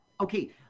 okay